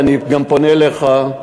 ואני גם פונה אליך,